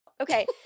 Okay